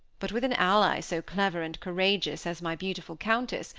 but with an ally so clever and courageous as my beautiful countess,